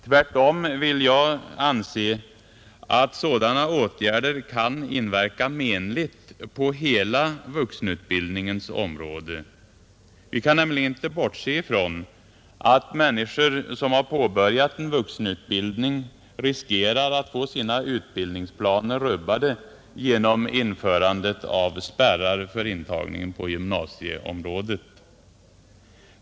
Tvärtom anser jag att sådana åtgärder kan inverka menligt på hela vuxenutbildningens område. Vi kan nämligen inte bortse från att människor som påbörjat en vuxenutbildning löper risk att få sina utbildningsplaner rubbade genom införande av spärrar för intagningen på gymnasieområdet.